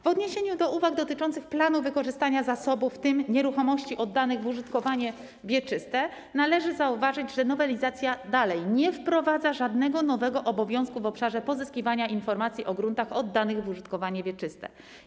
W odniesieniu do uwag dotyczących planu wykorzystania zasobów, w tym nieruchomości oddanych w użytkowanie wieczyste, należy zauważyć, że nowelizacja dalej nie wprowadza żadnego nowego obowiązku w obszarze pozyskiwania informacji o gruntach oddanych w użytkowanie wieczyste.